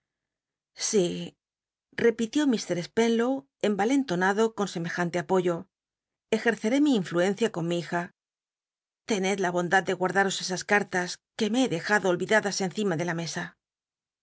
sí repitió iir spenlow emalentonado con semejante apoyo eje ccré mi influencia con mi hija tened la bondad ele guardaros esas cmtas que me he dejado olvidadas encima de la mesa